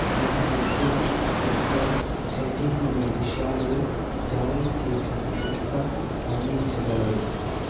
అది ఎప్పుడు ఎక్కడ జరిగిందనే విషయాలను జారీ చేసిన సంస్థ అందించగలదు